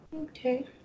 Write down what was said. okay